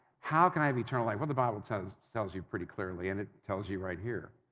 how can i have eternal life? what the bible tells tells you pretty clearly, and it tells you right here,